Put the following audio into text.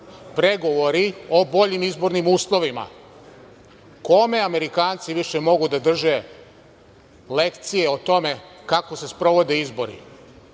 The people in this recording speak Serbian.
pregovori o boljim izbornim uslovima. Kome Amerikanci više mogu da drže lekcije o tome kako se sprovode izbori?